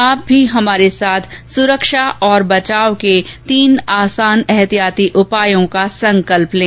आप भी हमारे साथ सुरक्षा और बचाव के तीन आसान एहतियाती उपायों का संकल्प लें